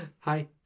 Hi